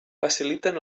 faciliten